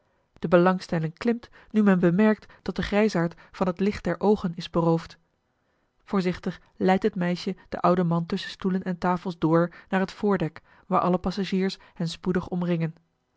de belangstelling klimt nu men bemerkt dat de grijsaard van het licht der oogen is beroofd voorzichtig leidt het meisje den ouden man tusschen stoelen en tafels door naar het voordek waar alle passagiers hen spoedig omringen